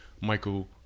Michael